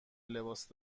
لباس